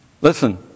Listen